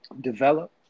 develop